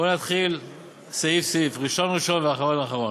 בואו נתחיל סעיף-סעיף, ראשון ראשון ואחרון אחרון.